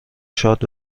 شاد